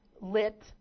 lit